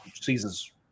season's